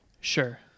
Sure